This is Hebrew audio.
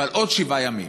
אבל עוד שבעה ימים,